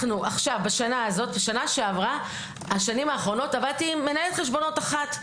בשנים האחרונות עבדתי עם מנהלת חשבונות אחת,